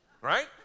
Right